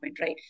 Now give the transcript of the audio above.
right